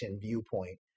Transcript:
viewpoint